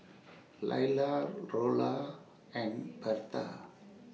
Laila Rollo and Bertha